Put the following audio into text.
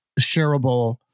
shareable